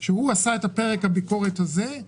הוא עשה את פרק הביקורת הזה.